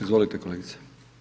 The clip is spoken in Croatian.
Izvolite kolegice.